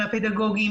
הפדגוגיים,